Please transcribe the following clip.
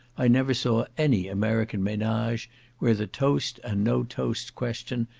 i never saw any american menage where the toast and no toast question,